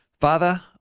Father